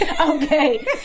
Okay